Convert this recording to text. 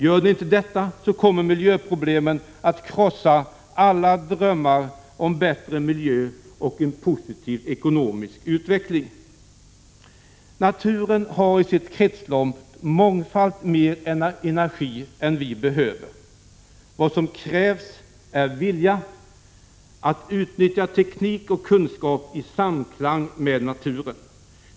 Gör den inte detta, kommer miljöproblemen att krossa alla drömmar om bättre miljö och en positiv ekonomisk utveckling. Naturen har i sitt kretslopp mångfalt mer energi än vad vi behöver. Vad som krävs är vilja att utnyttja teknik och kunskap i samklang med naturen.